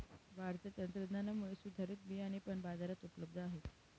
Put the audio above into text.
वाढत्या तंत्रज्ञानामुळे सुधारित बियाणे पण बाजारात उपलब्ध आहेत